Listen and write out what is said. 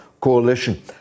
coalition